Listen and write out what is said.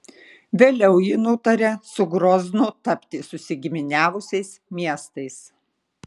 vėliau ji nutarė su groznu tapti susigiminiavusiais miestais